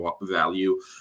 value